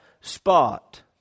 spot